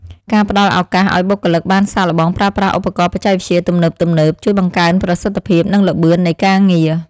ការផ្តល់ឱកាសឱ្យបុគ្គលិកបានសាកល្បងប្រើប្រាស់ឧបករណ៍បច្ចេកវិទ្យាទំនើបៗ ជួយបង្កើនប្រសិទ្ធភាពនិងល្បឿននៃការងារ។